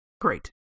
great